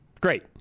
Great